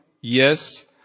Yes